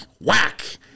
whack